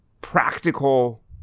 practical